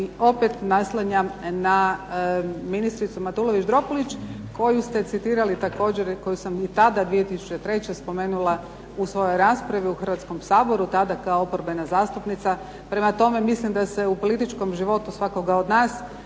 i opet naslanjam na ministru Matulović Dropulić koju ste citirali također i koju sam i tada 2003. spomenula u svojoj raspravi u Hrvatskom saboru, tada kao oporbena zastupnica. Prema tome, mislim da se u političkom životu svakoga od nas